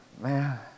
man